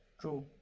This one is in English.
True